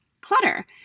clutter